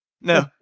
No